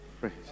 Praise